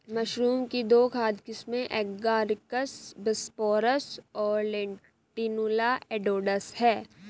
mushroom की दो खाद्य किस्में एगारिकस बिस्पोरस और लेंटिनुला एडोडस है